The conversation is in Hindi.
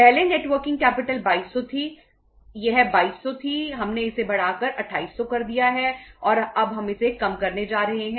पहले नेट वर्किंग कैपिटल होने जा रही है